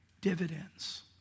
dividends